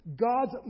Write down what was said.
God's